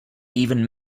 even